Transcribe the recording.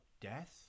death